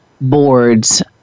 boards